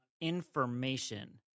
information